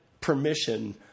permission